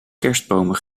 kerstbomen